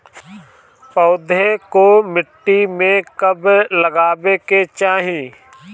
पौधे को मिट्टी में कब लगावे के चाही?